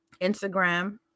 Instagram